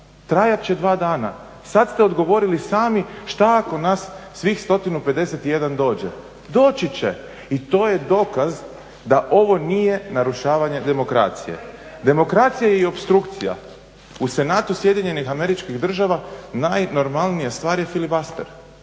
trajati će dva dana. Sada ste odgovorili sami šta ako nas svih 151 dođe. Doći će i to je dokaz da ovo nije narušavanje demokracije. Demokracija je i opstrukcija. U Senatu Sjedinjenih Američkih Država najnormalnija stvar je filibuster.